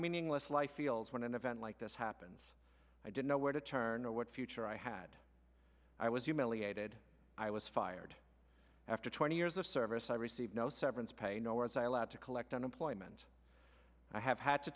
meaningless life feels when an event like this happens i didn't know where to turn or what future i had i was humiliated i was fired after twenty years of service i received no severance pay no words i allowed to collect unemployment i have had to